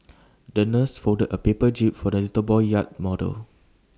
the nurse folded A paper jib for the little boy's yacht model